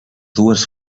dues